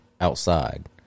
outside